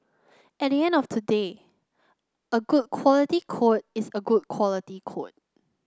at the end of the day a good quality code is a good quality code